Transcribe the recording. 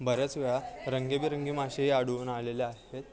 बऱ्याच वेळा रंगीबेरंगी मासेही आढळून आलेले आहेत